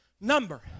Number